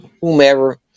whomever